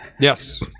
Yes